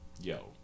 Yo